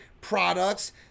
products